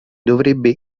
dovrebbe